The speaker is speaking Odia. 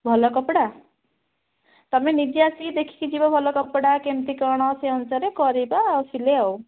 ଭଲ କପଡ଼ା ତୁମେ ନିଜେ ଆସିକି ଦେଖିକି ଯିବ ଭଲ କପଡ଼ା କେମିତି କ'ଣ ସେଇ ଅନୁସାରେ କରିବା ସିଲେଇ ଆଉ